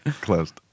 Closed